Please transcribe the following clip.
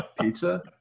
pizza